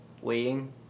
waiting